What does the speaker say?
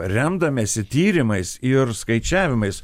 remdamiesi tyrimais ir skaičiavimais